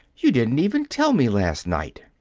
you didn't even tell me, last night!